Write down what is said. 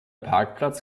parkplatz